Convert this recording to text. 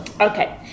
Okay